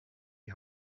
die